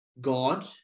God